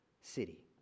city